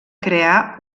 crear